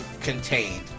contained